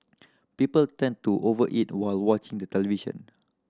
people tend to over eat while watching the television